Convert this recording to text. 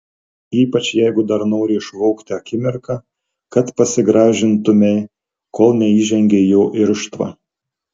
ypač jeigu dar nori išvogti akimirką kad pasigražintumei kol neįžengei į jo irštvą